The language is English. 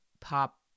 pop